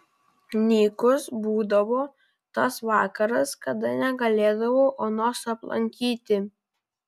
nykus būdavo tas vakaras kada negalėdavau onos aplankyti